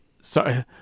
sorry